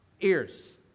ears